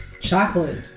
Chocolate